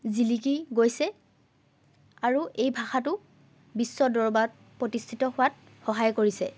জিলিকি গৈছে আৰু এই ভাষাটো বিশ্ব দৰবাৰত প্ৰতিষ্ঠিত হোৱাত সহায় কৰিছে